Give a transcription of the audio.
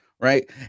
Right